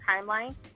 timeline